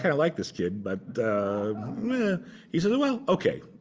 kind of like this kid, but he said, well, ok.